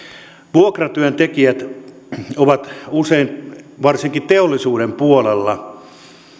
vuokratyöntekijät ovat usein varsinkin teollisuuden puolella